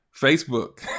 Facebook